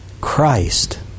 Christ